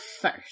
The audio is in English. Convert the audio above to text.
First